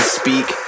speak